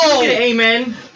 Amen